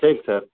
சரி சார்